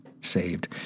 saved